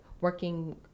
working